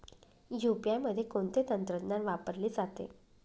UPI मध्ये कोणते तंत्रज्ञान वापरले जाते?